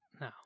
no